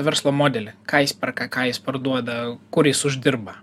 verslo modelį ką jis perka ką jis parduoda kur jis uždirba